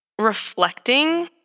reflecting